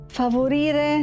favorire